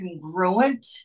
congruent